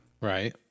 Right